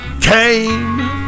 came